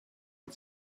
man